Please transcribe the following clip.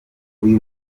uyu